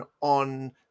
on